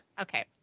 Okay